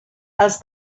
els